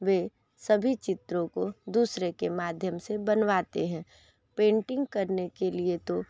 वे सभी चित्रों को दूसरे के माध्यम से बनवाते हैं पेंटिंग करने के लिए तो